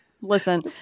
listen